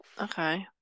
okay